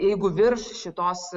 jeigu virš šitos